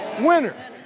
winner